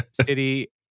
city